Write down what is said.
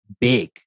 big